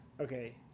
okay